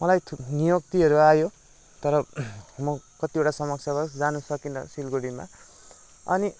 मलाई नियुक्तिहरू आयो तर म कतिवटा समस्यावश जान सकिन सिलगड़ीमा अनि